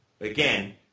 again